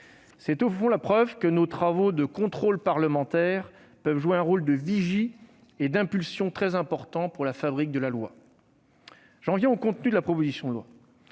C'est, au fond, la preuve que nos travaux de contrôle parlementaire peuvent jouer un rôle de vigie et d'impulsion très important pour la fabrique de la loi. J'en viens au contenu de la proposition de loi.